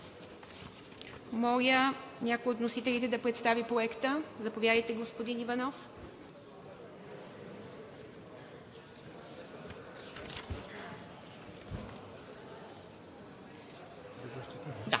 Моля, някои от вносителите да представи Проекта. Заповядайте, господин Иванов.